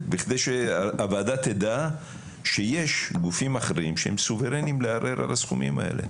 בכדי שהוועדה תדע שיש גופים אחרים שהם סוברנים לערער על הסכומים האלה.